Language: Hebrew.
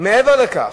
מעבר לכך,